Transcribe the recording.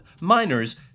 miners